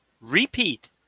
repeat